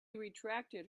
retracted